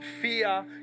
Fear